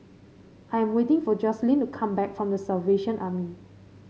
I am waiting for Jocelynn to come back from The Salvation Army